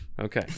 Okay